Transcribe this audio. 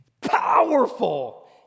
Powerful